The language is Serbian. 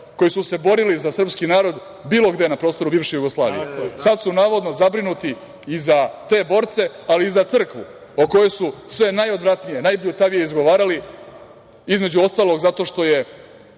koji su se borili za srpski narod, bilo gde na prostoru bivše Jugoslavije, sada su navodno zabrinuti i za te borce, ali i za crkvu o kojoj su sve najodvratnije, najbljutavije izgovarali. Između ostalog, zato što je